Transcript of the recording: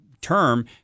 term